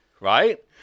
right